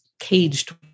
Caged